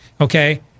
okay